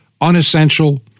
unessential